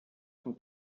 zum